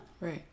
Right